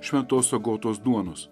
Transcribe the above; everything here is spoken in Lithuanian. šventos agotos duonos